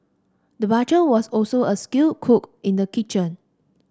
the butcher was also a skilled cook in the kitchen